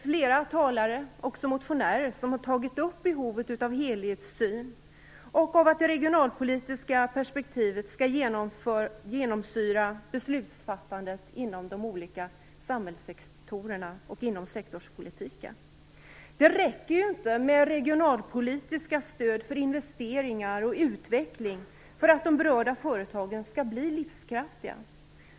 Flera talare och motionärer har tagit upp behovet av helhetssyn och av att det regionalpolitiska perspektivet skall genomsyra beslutsfattandet inom de olika samhällssektorerna och inom sektorspolitiken. Det räcker inte med regionalpolitiska stöd för investeringar och utveckling för att de berörda företagen skall bli livskraftiga.